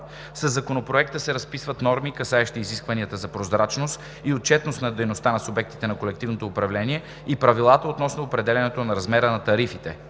Със Законопроекта се разписват норми, касаещи изискванията за прозрачност и отчетност на дейността на субектите на колективното управление и правилата относно определянето на размера на тарифите.